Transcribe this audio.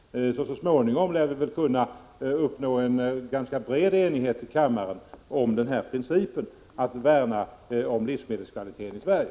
Så småningom lär vi nog kunna uppnå en ganska bred enighet här i kammaren om principen att värna om livsmedelskvaliteten i Sverige.